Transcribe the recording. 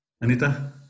Anita